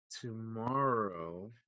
tomorrow